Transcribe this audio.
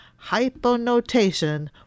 Hyponotation